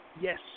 Yes